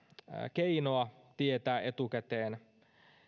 keinoa tietää etukäteen